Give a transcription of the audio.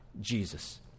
Jesus